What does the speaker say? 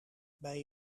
bij